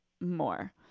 more